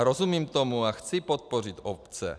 Rozumím tomu a chci podpořit obce.